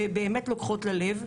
ובאמת לוקחות ללב.